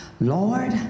Lord